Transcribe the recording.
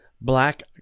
black